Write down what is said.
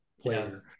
player